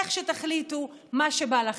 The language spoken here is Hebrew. איך שתחליטו, מה שבא לכם.